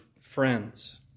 friends